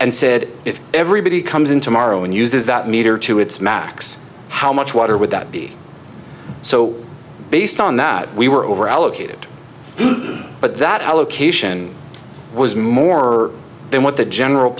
and said if everybody comes in to morrow and uses that meter to its max how much water would that be so based on that we were over allocated but that allocation was more than what the general